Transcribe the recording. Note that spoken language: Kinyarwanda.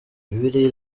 bibiliya